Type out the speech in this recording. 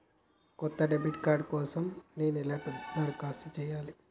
కొత్త debit card కోసం నేను ఎట్లా దరఖాస్తు చేయాలి?